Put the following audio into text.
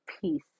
peace